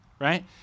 right